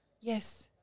yes